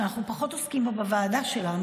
אנחנו פחות עוסקים בו בוועדה שלנו,